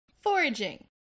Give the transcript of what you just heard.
Foraging